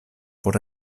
por